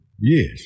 Yes